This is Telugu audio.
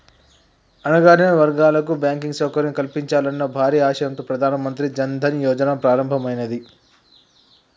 అణగారిన వర్గాలకు బ్యాంకింగ్ సౌకర్యం కల్పించాలన్న భారీ ఆశయంతో ప్రధాన మంత్రి జన్ ధన్ యోజన ప్రారంభమైనాది